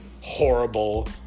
Horrible